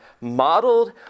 modeled